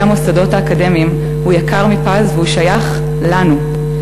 המוסדות האקדמיים הוא יקר מפז והוא שייך לנו,